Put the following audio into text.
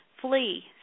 Flee